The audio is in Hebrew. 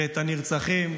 ואת הנרצחים,